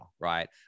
right